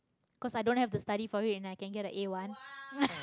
'cause i don't have to study for it and i can get a a-one